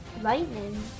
Lightning